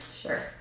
Sure